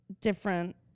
different